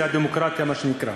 זו הדמוקרטיה, מה שנקרא.